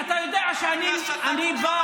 אתה היית